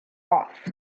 off